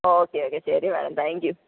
okay okay ശരി madam thank you